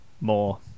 more